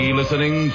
listening